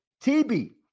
TB